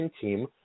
team